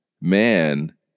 man